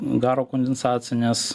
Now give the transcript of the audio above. garo kondensacinės